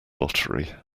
lottery